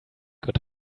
good